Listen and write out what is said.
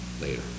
later